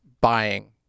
buying